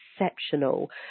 exceptional